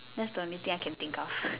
that's the only thing I can think of